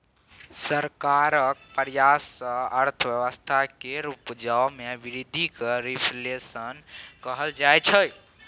सरकारक प्रयास सँ अर्थव्यवस्था केर उपजा मे बृद्धि केँ रिफ्लेशन कहल जाइ छै